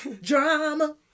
Drama